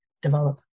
develop